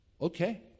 okay